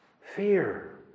Fear